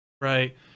Right